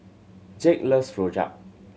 Jake loves Rojak